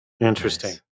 Interesting